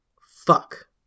Fuck